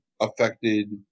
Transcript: affected